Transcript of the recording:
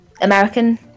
American